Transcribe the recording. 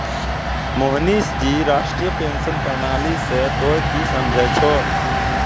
मोहनीश जी राष्ट्रीय पेंशन प्रणाली से तोंय की समझै छौं